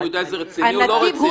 יודע אם החקירה רצינית או לא?